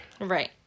right